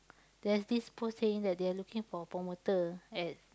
there's this post saying that they are looking for promoter at